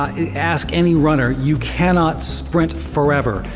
ask any runner, you cannot sprint forever.